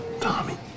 Tommy